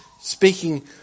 speaking